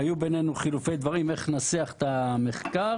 היו בינינו חילוקי דברים איך ננסח את המחקר,